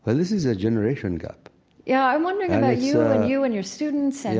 but this is a generation gap yeah. i'm wondering about you ah you and your students. and